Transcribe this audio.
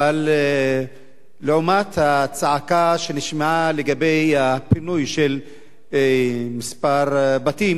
אבל לעומת הצעקה שנשמעה לגבי הפינוי של כמה בתים,